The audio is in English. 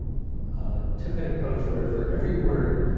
ah took an approach where for every word,